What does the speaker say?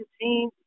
team